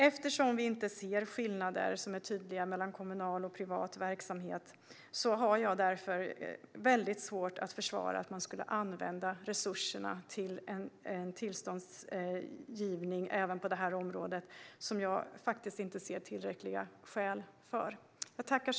Eftersom vi inte ser tydliga skillnader mellan kommunal och privat verksamhet har jag därför väldigt svårt att försvara varför man skulle använda resurserna till en tillståndsgivning även på detta område. Jag ser inte tillräckliga skäl till detta.